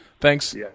thanks